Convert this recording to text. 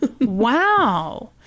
wow